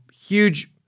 huge